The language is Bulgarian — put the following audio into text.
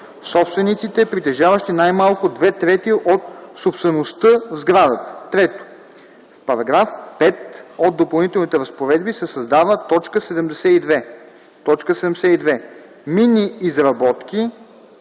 „собствениците, притежаващи най-малко две трети от собствеността в сградата”. 3. В § 5 от Допълнителните разпоредби се създава т. 72: „72. „Минни изработки”